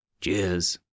Cheers